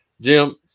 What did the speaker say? jim